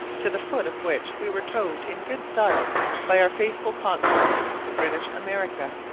to the foot of which we were towed in good style by our faithful consort the british america.